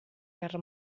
guerra